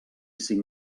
cinc